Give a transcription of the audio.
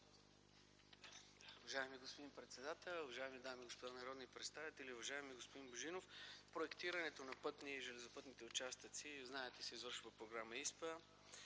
Уважаеми господин председател, уважаеми дами и господа народни представители, уважаеми господин Божинов! Проектирането на пътните и железопътните участъци, знаете, се извършва по програма ИСПА.